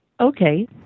Okay